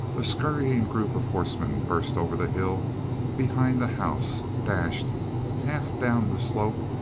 a scurrying group of horsemen burst over the hill behind the house, dashed half down the slope,